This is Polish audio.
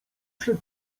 przed